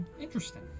Interesting